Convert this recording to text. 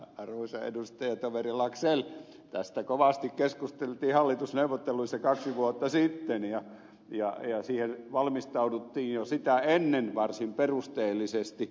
arvoisa edustajatoveri laxell tästä kovasti keskusteltiin hallitusneuvotteluissa kaksi vuotta sitten ja siihen valmistauduttiin jo sitä ennen varsin perusteellisesti